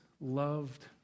loved